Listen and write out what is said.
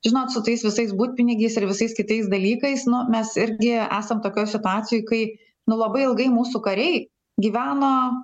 žinot su tais visais butpinigiais ir visais kitais dalykais nu mes irgi esam tokioj situacijoj kai nu labai ilgai mūsų kariai gyveno